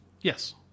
Yes